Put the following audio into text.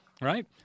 right